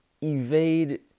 evade